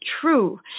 true